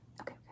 okay